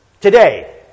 today